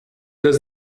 does